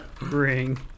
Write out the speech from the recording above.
ring